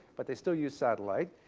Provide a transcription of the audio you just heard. but they still use satellite.